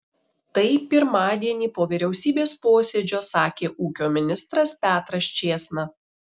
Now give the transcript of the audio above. tai pirmadienį po vyriausybės posėdžio sakė ūkio ministras petras čėsna